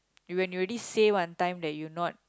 when you already say one time that you not